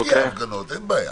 הוא יגיע, אין בעיה.